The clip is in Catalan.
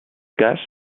cas